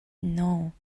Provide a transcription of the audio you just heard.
know